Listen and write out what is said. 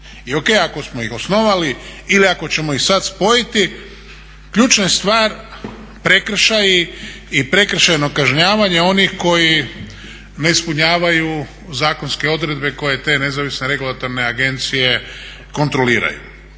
I O.K. ako smo ih osnovali ili ako ćemo ih sada spojiti. Ključna je stvar prekršaji i prekršajno kažnjavanje onih koji ne ispunjavaju zakonske odredbe koje te nezavisne regulatorne agencije kontroliraju.